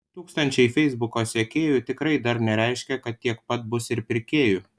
tūkstančiai feisbuko sekėjų tikrai dar nereiškia kad tiek pat bus ir pirkėjų